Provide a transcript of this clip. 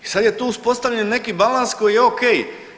I sad je tu uspostavljen neki balans koji je ok.